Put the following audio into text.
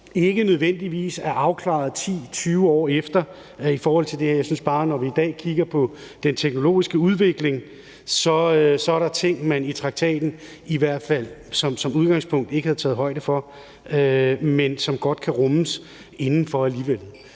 ikke nødvendigvis er afklaret 10-20 år efter. Jeg synes bare, at når vi i dag kigger på den teknologiske udvikling, er der ting, som man i traktaten i hvert fald som udgangspunkt ikke har taget højde for, men som godt kan rummes inden for alligevel.